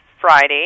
Friday